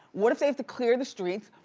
what if they have to clear the streets,